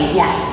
yes